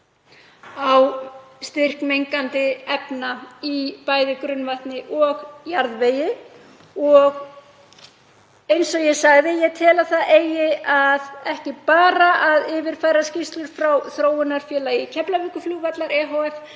á styrk mengandi efna í bæði grunnvatni og jarðvegi. Og eins og ég sagði, ég tel að það eigi ekki bara að yfirfara skýrslur frá Þróunarfélagi Keflavíkurflugvallar